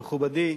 מכובדי,